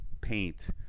paint